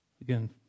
again